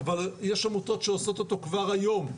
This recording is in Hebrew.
אבל יש עמותות שעושות אותו כבר היום.